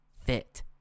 fit